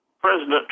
President